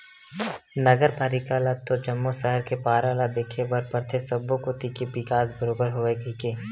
नगर पालिका ल तो जम्मो सहर के पारा ल देखे बर परथे सब्बो कोती के बिकास बरोबर होवय कहिके